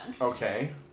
Okay